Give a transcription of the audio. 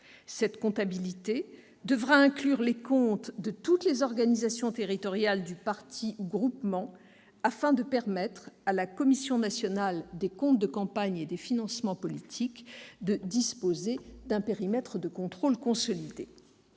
Cette comptabilité devra inclure les comptes de toutes les organisations territoriales du parti ou groupement, afin de permettre à la Commission nationale des comptes de campagne et des financements politiques de disposer d'un périmètre de contrôle consolidé.